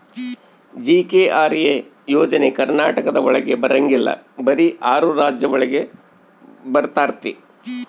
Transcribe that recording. GKRA ಯೋಜನೆ ಕರ್ನಾಟಕ ಒಳಗ ಬರಂಗಿಲ್ಲ ಬರೀ ಆರು ರಾಜ್ಯ ಒಳಗ ಬರ್ತಾತಿ